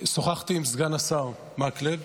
ושוחחתי עם סגן השר מקלב,